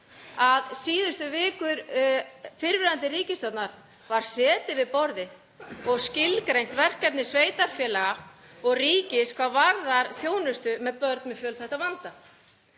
að síðustu vikur fyrrverandi ríkisstjórnar var setið við borðið og skilgreint verkefni sveitarfélaga og ríkis hvað varðar þjónustu við börn með fjölþættan vanda.